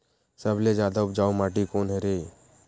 सबले जादा उपजाऊ माटी कोन हरे?